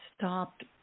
stopped